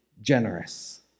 generous